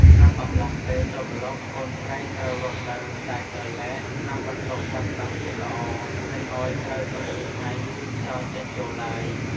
ក្នុងអំឡុងពេលចូលម្លប់ កូនស្រីត្រូវរស់នៅដាច់ដោយឡែក ក្នុងបន្ទប់បិទបាំងជិតល្អ មិនឱ្យត្រូវពន្លឺថ្ងៃ ឬខ្យល់ចេញចូលឡើយ។